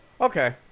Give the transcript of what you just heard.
Okay